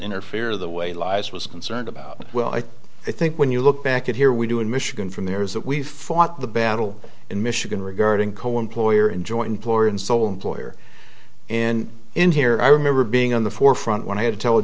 interfere the way lies was concerned about well i i think when you look back at here we do in michigan from there is that we fought the battle in michigan regarding co employee or enjoy employer and so employer and in here i remember being on the forefront when i had to tell